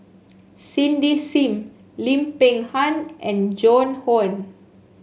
Cindy Sim Lim Peng Han and Joan Hon